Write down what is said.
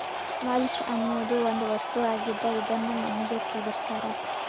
mulch ಅನ್ನುದು ಒಂದ ವಸ್ತು ಆಗಿದ್ದ ಇದನ್ನು ಮಣ್ಣಿಗೆ ಕೂಡಸ್ತಾರ